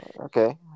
Okay